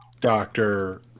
Doctor